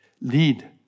lead